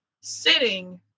sitting